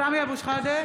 סמי אבו שחאדה,